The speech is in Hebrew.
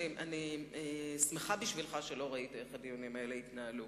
אני שמחה בשבילך שלא ראית איך הדיונים האלה התנהלו,